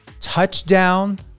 touchdown